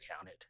counted